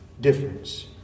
difference